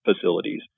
facilities